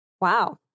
Wow